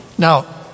Now